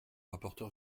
rapporteur